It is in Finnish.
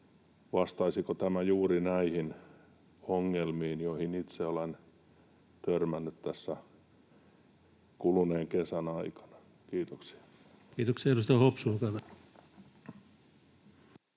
vastaisiko tämä juuri näihin ongelmiin, joihin itse olen törmännyt tässä kuluneen kesän aikana. — Kiitoksia.